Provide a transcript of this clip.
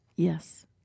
Yes